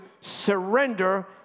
surrender